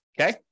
okay